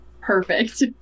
perfect